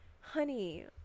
Honey